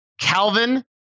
Calvin